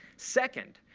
second,